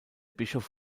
bischof